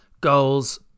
goals